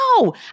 No